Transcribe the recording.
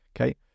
Okay